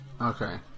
Okay